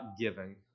giving